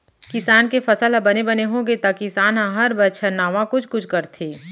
किसान के फसल ह बने बने होगे त किसान ह हर बछर नावा कुछ कुछ करथे